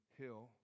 Hill